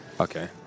okay